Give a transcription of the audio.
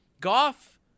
Goff